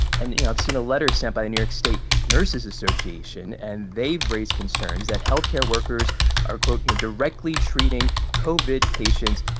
and, you know, i've seen a letter sent by new york state nurses association. and they've raised concerns that health care workers are, quote, you know directly treating covid patients.